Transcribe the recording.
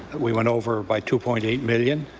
we went over by two point eight million.